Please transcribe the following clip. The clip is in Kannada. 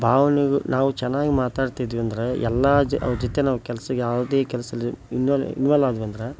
ಭಾವನೆಗು ನಾವು ಚೆನ್ನಾಗ್ ಮಾತಾಡ್ತಿದ್ವಿ ಅಂದ್ರೆ ಎಲ್ಲ ಅವ್ರ ಜೊತೆ ನಾವು ಕೆಲಸ ಯಾವುದೇ ಕೆಲ್ಸದಲ್ಲಿ ಇನ್ವಾಲ್ ಇನ್ವಾಲ್ವ್ ಆದ್ವಂದ್ರೆ